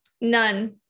None